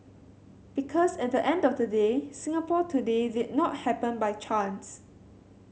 because at the end of the day Singapore today did not happen by chance